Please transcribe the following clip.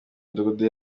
midugudu